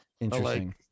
Interesting